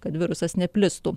kad virusas neplistų